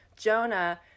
Jonah